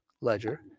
ledger